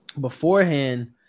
beforehand